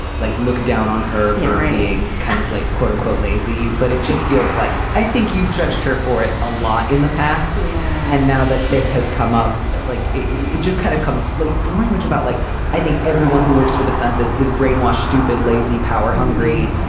like look down on her. you're saying kind of like quote unquote lazy but it just feels like i think you've judged her for it a lot in the past yeah and now that this has come up but like it just kind of comes fleet the language about like i think everyone who works for the census is brainwashed stupid lazy power hungry.